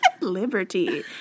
liberty